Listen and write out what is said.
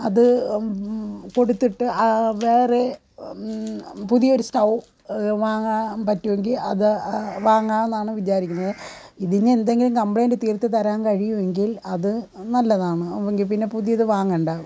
അത് കൊടുത്തിട്ട് വേറെ പുതിയൊരു സ്റ്റൗ വാങ്ങാൻ പറ്റുമെങ്കിൽ അത് വാങ്ങാനാണ് വിചാരിക്കുന്നത് ഇതിന് എന്തെങ്കിലും കംപ്ലെയ്ൻ്റ് തീര്ത്തു തരാൻ കഴിയുമെങ്കില് അതു നല്ലതാണ് എങ്കിൽ പിന്നെ പുതിയത് വാങ്ങേണ്ട